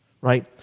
right